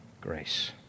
grace